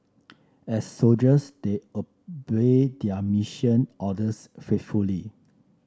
as soldiers they obeyed their mission orders faithfully